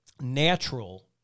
natural